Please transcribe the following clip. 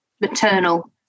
Maternal